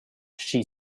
she